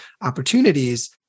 opportunities